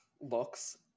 looks